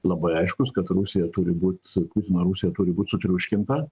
labai aiškus kad rusija turi būt putino rusija turi būt sutriuškinta